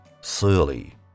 surly